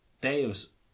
Dave's